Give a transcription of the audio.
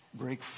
break